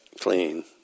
clean